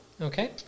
okay